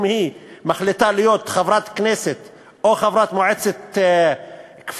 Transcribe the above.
אם היא מחליטה להיות חברת כנסת או חברת מועצת כפר,